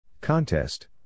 Contest